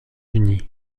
unis